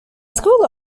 school